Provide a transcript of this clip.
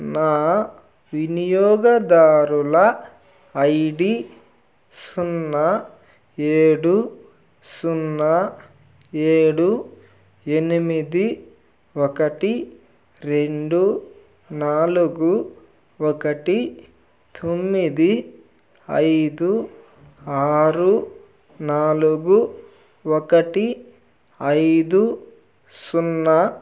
నా వినియోగదారుల I D సున్నా ఏడు సున్నా ఏడు ఎనిమిది ఒకటి రెండు నాలుగు ఒకటి తొమ్మిది ఐదు ఆరు నాలుగు ఒకటి ఐదు సున్నా